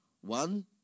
One